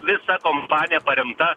visa kompanija paremta